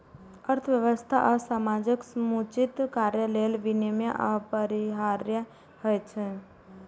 अर्थव्यवस्था आ समाजक समुचित कार्य लेल विनियम अपरिहार्य होइ छै